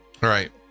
Right